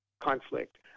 conflict